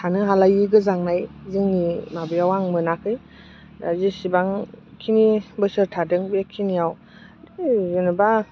थानो हालायि गोजांनाय जोंनि माबायाव आं मोनाखै जेसेबांखिनि बोसोर थादों बेखिनियाव जेनेबा